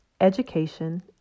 Education